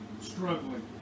struggling